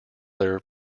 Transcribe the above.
their